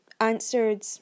answered